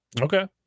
Okay